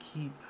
keep